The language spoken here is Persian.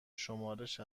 شمارش